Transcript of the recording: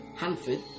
Hanford